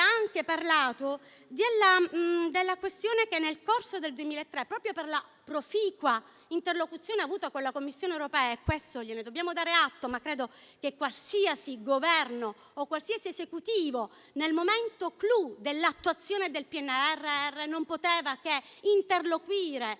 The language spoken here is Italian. anche parlato del fatto che nel corso del 2023, proprio per la proficua interlocuzione avuta con la Commissione europea - e di questo le dobbiamo dare atto, ma credo che qualsiasi Governo nel momento *clou* dell'attuazione del PNRR non potesse che interloquire